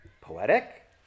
Poetic